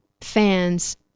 fans